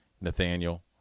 Nathaniel